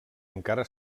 encara